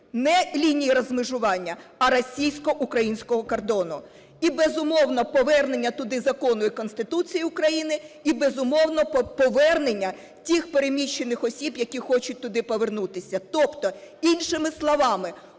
Не лінії розмежування, а російсько-українського кордону. І, безумовно, повернення туди закону і Конституції України, і, безумовно, повернення тих переміщених осіб, які хочуть туди повернутися. Тобто іншими словами